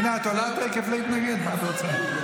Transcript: הינה, את עולה תכף להתנגד, מה את רוצה?